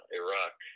iraq